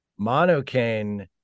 Monocaine